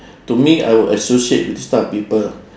to me I will associate with this type of people